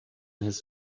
his